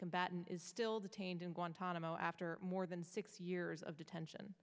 combatant is still detained in guantanamo after more than six years of detention